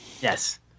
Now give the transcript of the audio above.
Yes